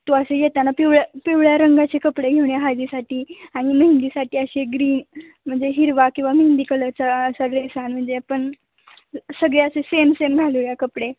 तू असे येताना पिवळ्या पिवळ्या रंगाचे कपडे घेऊन ये हळदीसाठी आणि मेहंदीसाठी अशी ग्रीन म्हणजे हिरवा किंवा मेहंदी कलरचा असा लेस आण म्हणजे आपण सगळे असे सेम सेम घालूया कपडे